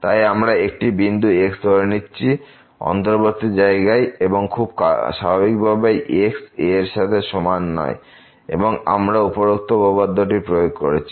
ভাই আমরা একটি বিন্দু x ধরে নিচ্ছি অন্তর্বর্তী জায়গায় এবং খুব স্বাভাবিক ভাবেই x a এর সাথে সমান নয় এবং আমরা উপরোক্ত উপপাদ্য টি প্রয়োগ করেছি